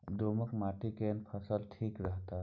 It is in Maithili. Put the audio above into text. दोमट माटी मे केना फसल ठीक रहत?